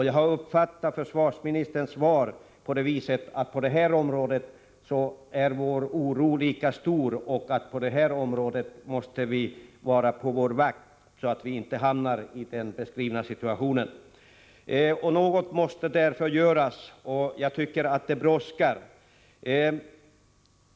Jag har uppfattat försvarsministerns svar på det sättet att vår oro på detta område är lika stor och att vi måste vara på vår vakt, så att vi inte hamnar i den beskrivna situationen. Något måste därför göras, och jag tycker att det brådskar.